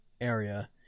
area